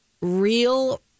real